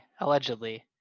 allegedly